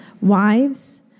Wives